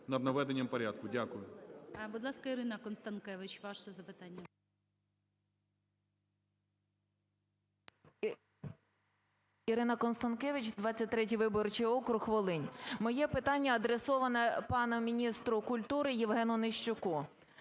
над наведенням порядку. Дякую.